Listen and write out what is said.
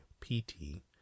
PT